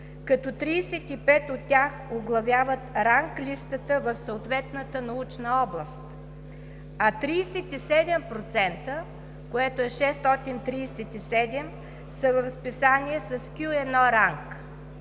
като 35 от тях оглавяват ранглистата в съответната научна област, а 37% , които са 637, са в списания с Q1 ранг.